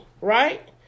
right